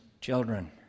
children